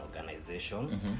organization